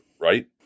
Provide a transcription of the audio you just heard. right